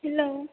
hello